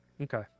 Okay